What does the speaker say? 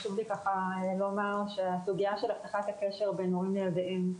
חשוב לי לומר שהסוגייה של הבטחת הקשר בין הורים לילדיהם,